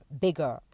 bigger